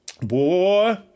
Boy